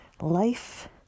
life